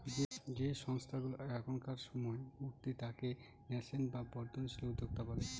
যে সংস্থাগুলা এখনকার সময় উঠতি তাকে ন্যাসেন্ট বা বর্ধনশীল উদ্যোক্তা বলে